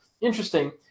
interesting